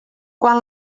quan